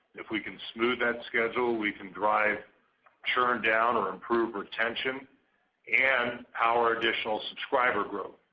if we can smooth that schedule, we can drive churn down or improved retention and our additional subscriber growth.